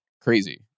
crazy